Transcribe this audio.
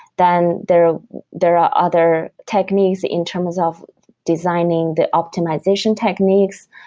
then there there are other techniques in terms of designing the optimization techniques,